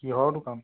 কিহৰ দোকান